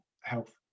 health